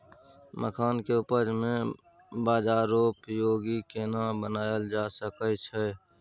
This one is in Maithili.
मखान के उपज के बाजारोपयोगी केना बनायल जा सकै छै?